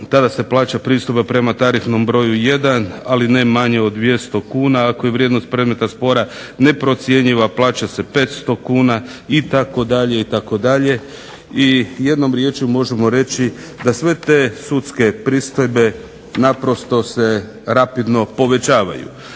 Tada se plaća pristojba prema tarifnom broju 1, ali ne manje od 200 kuna. Ako je vrijednost predmeta spora neprocjenjiva plaća se 500 kuna itd., itd. I jednom rječju možemo reći da sve te sudske pristojbe naprosto se rapidno povećavaju.